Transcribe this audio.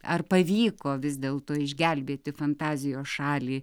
ar pavyko vis dėlto išgelbėti fantazijos šalį